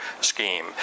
scheme